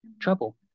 trouble